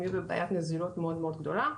יהיו בבעיית נזילות מאוד-מאוד גדולה,